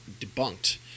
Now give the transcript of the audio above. debunked